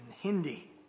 Hindi